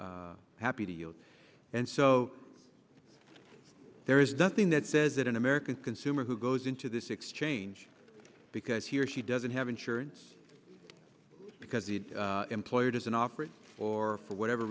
be happy to yield and so there is nothing that says that an american consumer who goes into this exchange because he or she doesn't have insurance because the employer doesn't offer it or for whatever